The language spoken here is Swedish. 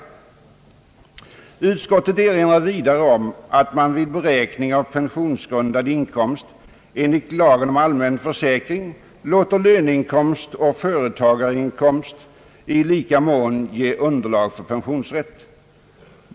Utskottet vill i sammanhanget erinra om att man vid beräkning av pensionsgrundande inkomst enligt lagen om allmän försäkring låter löneinkomst och företagarinkomst i lika mån ge underlag för pensionsrätt.